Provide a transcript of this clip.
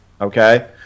Okay